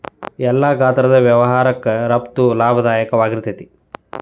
ಎಲ್ಲಾ ಗಾತ್ರದ್ ವ್ಯವಹಾರಕ್ಕ ರಫ್ತು ಲಾಭದಾಯಕವಾಗಿರ್ತೇತಿ